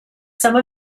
some